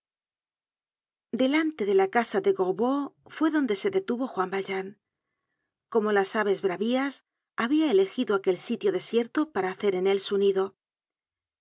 delante de la casa de gorbeau fue donde se detuvo juan valjean como las aves bravias habia elegido aquel sitio desierto para hacer en él